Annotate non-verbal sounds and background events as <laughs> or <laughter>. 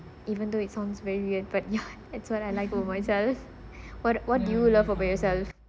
even though it sounds very weird but ya <laughs> it's what I like about myself <breath> what what do you love about yourself